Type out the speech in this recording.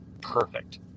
perfect